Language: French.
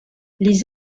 les